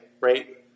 right